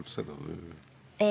אבל בסדר,